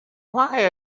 why